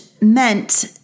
meant